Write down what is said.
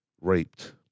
raped